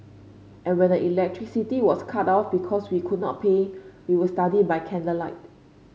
and when the electricity was cut off because we could not pay we would study by candlelight